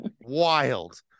wild